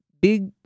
Big